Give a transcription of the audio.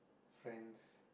friends